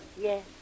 yes